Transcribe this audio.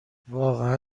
واقعا